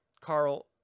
Carl